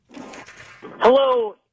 Hello